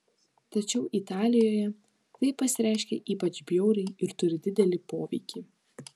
tačiau italijoje tai pasireiškia ypač bjauriai ir turi didelį poveikį